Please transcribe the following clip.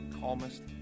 calmest